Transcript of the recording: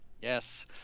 Yes